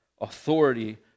authority